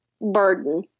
burden